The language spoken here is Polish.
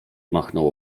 machnął